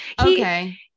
Okay